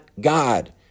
God